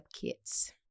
kits